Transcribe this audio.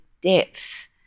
depth